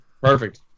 perfect